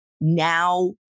now